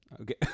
Okay